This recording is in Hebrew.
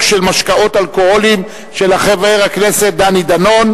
ציבוריים בשעות אחר-הצהריים עברה בקריאה טרומית,